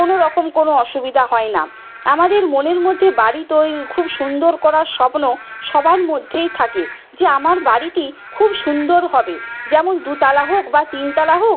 কোনো রকম কোনো অসুবিধা হয় না আমাদের মনের মধ্যে বাড়ি তৈরি খুব সুন্দর করার স্বপ্ন সবার মধ্যেই থাকে যে আমার বাড়িটি খুব সুন্দর হবে যেমন দু তলা হোক বা তিন তলা হোক